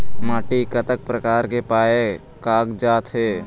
माटी कतक प्रकार के पाये कागजात हे?